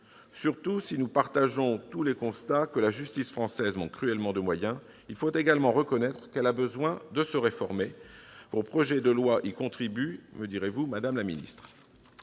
Surtout, si nous partageons tous le constat que la justice française manque cruellement de moyens, il faut également reconnaître qu'elle a besoin de se réformer. Vos projets de loi y contribuent, me direz-vous, madame la ministre.